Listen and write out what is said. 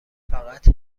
فقط